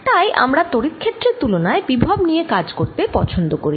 তাই আমরা ত্বড়িৎ ক্ষেত্রের তুলনায় বিভব নিয়ে কাজ করতে পছন্দ করি